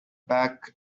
back